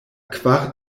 kvar